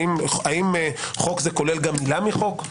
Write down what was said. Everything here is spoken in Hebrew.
האם חוק כולל מילה מחוק?